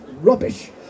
rubbish